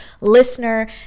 listener